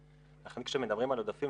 לכן כשמדברים על עודפים,